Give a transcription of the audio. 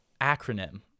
acronym